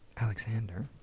Alexander